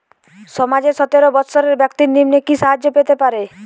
সমাজের সতেরো বৎসরের ব্যাক্তির নিম্নে কি সাহায্য পেতে পারে?